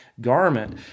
garment